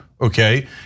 Okay